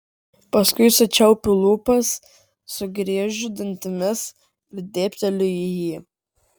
paskui sučiaupiu lūpas sugriežiu dantimis ir dėbteliu į jį